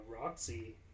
Roxy